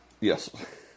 Yes